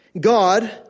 God